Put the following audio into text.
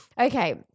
Okay